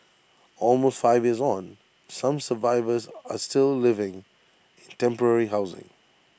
almost five years on some survivors are still living in temporary housing